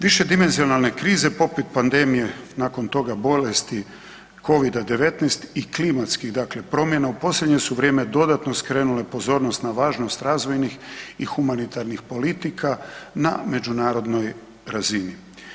Višedimenzionalne krize poput pandemije nakon toga bolesti covida 19 i klimatskih, dakle promjena u posljednje su vrijeme dodatno skrenule pozornost na važnost razvojnih i humanitarnih politika na međunarodnoj razini.